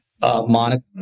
Monica